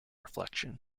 reflection